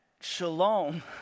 shalom